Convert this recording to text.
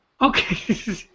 Okay